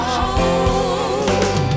home